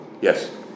Yes